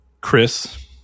Chris